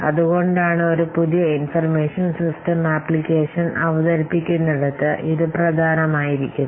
അതുകൊണ്ടാണ് ഒരു പുതിയ ഇൻഫർമേഷൻ സിസ്റ്റം ആപ്ലിക്കേഷൻ അവതരിപ്പിക്കുന്നിടത്ത് ഇത് പ്രധാനമായിരിക്കുന്നത്